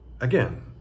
again